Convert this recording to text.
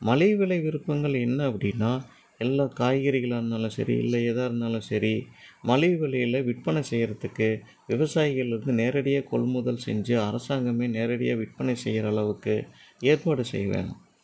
மலிவு விலை விருப்பங்கள் என்ன அப்படின்னா எல்லா காய்கறிகளாக இருந்தாலும் சரி இல்லை எதாக இருந்தாலும் சரி மலிவு விலையில் விற்பனை செய்கிறத்துக்கு விவசாயிகள் வந்து நேரடியாக கொள்முதல் செஞ்சு அரசாங்கமே நேரடியாக விற்பனை செய்கிற அளவுக்கு ஏற்பாடு செய்ய வேண்டும்